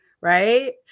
right